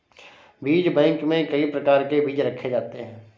बीज बैंक में कई प्रकार के बीज रखे जाते हैं